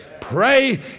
Pray